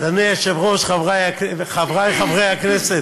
אדוני היושב-ראש, חברי חברי הכנסת,